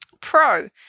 Pro-